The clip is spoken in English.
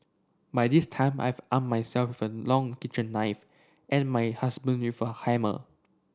by this time I've armed myself with a long kitchen knife and my husband with a hammer